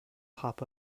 pop